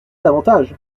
davantage